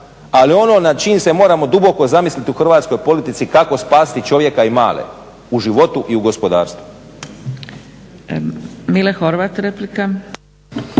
ali ono nad čim se moramo duboko zamisliti u hrvatskoj politici kako spasiti čovjeka i male u životu i u gospodarstvu.